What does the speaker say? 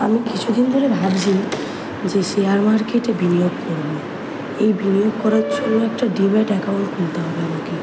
আমি কিছু দিন ধরে ভাবছি যে শেয়ার মার্কেটে বিনিয়োগ করব এই বিনিয়োগ করার জন্য একটা ডিম্যাট অ্যাকাউন্ট খুলতে হবে আমাকে